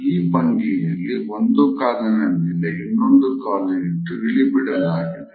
ಈ ಭಂಗಿಯಲ್ಲಿ ಒಂದು ಕಾಲಿನ ಮೇಲೆ ಇನ್ನೊಂದು ಕಾಲು ಇಟ್ಟು ಇಳಿಬಿಡಲಾಗಿದೆ